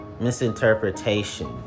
misinterpretation